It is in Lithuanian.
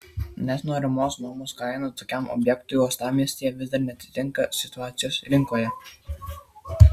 nes norimos nuomos kaina tokiam objektui uostamiestyje vis dar neatitinka situacijos rinkoje